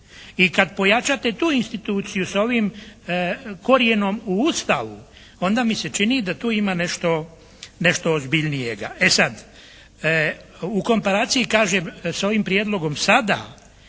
I kad pojačate tu instituciju sa ovim korijenom u Ustavu onda mi se čini da tu ima nešto ozbiljnijeg. E sada, u komparaciji kažem sa ovim prijedlogom sada